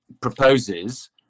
proposes